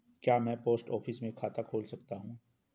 क्या मैं post office में खाता खोल सकता हूँ?